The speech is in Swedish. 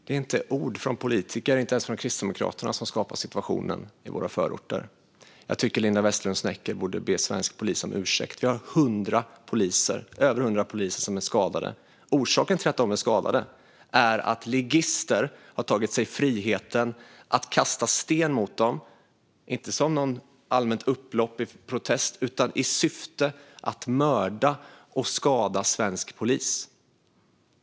Fru talman! Det är inte ord från politiker, inte ens från Kristdemokraterna, som skapar situationen i våra förorter. Jag tycker att Linda Westerlund Snecker borde be svensk polis om ursäkt. Vi har mer än 100 poliser som är skadade. Orsaken till att de är skadade är att ligister har tagit sig friheten att kasta sten mot dem, inte som en protest i något allmänt upplopp utan i syfte att mörda och skada svensk polis.